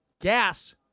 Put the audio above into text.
GAS